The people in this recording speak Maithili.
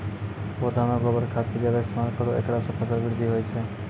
पौधा मे गोबर खाद के ज्यादा इस्तेमाल करौ ऐकरा से फसल बृद्धि होय छै?